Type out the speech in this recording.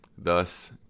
thus